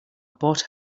bought